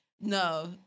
No